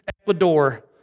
Ecuador